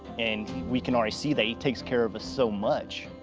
and we can already see that he takes care of us so much.